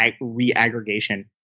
re-aggregation